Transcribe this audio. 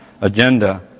agenda